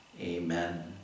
amen